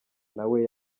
nawe